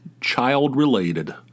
child-related